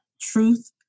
truth